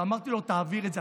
ואמרתי לו: תעביר את זה.